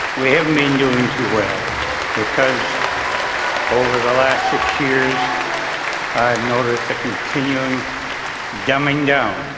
we haven't been doing too well because over the last six years i've noticed a continuing dumbing-down,